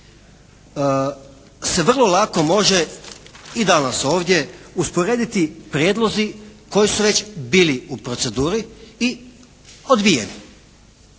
se vrlo lako može i danas ovdje usporediti prijedlozi koji su već bili u proceduri i odbijeni.